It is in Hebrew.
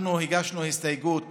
אנחנו הגשנו הסתייגות